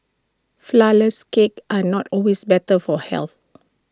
Flourless Cakes are not always better for health